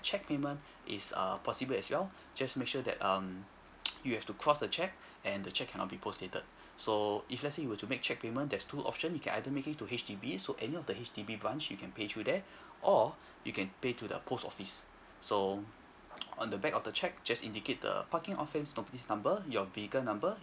cheque payment is err possible as well just make sure that um you have to cross the cheque and the cheque cannot be post dated so if let's say you were to make cheque payment there's two options you can either make it to H_D_B so any of the H_D_B branch you can pay through there or you can pay to the post office so on the back of the cheque just indicate the parking offence notice number your vehicle number